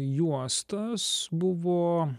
juostos buvo